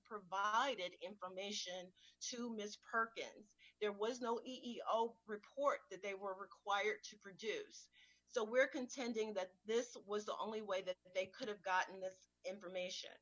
provided information to ms perkins there was no e o p report that they were required to produce so we're contending that this was the only way that they could have gotten this information